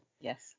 Yes